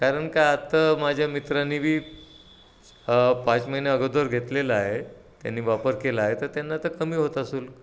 कारण का आता माझ्या मित्रानी बी पाच महिने अगोदर घेतलेला आहे त्यांनी वापर केला आहे तर त्यांना तर कमी होता शुल्क